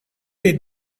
les